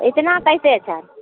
इचना कैसे छै